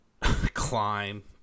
climb